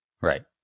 Right